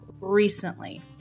recently